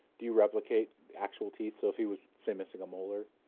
do you replicate actual teeth. so if he was, say, missing a molar.